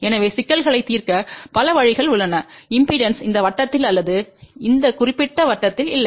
எனவே சிக்கல்களை தீர்க்க பல வழிகள் உள்ளன இம்பெடன்ஸ்கள் இந்த வட்டத்தில் அல்லது இந்த குறிப்பிட்ட வட்டத்தில் இல்லை